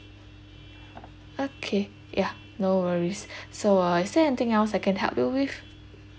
okay ya no worries so uh is there anything else I can help you with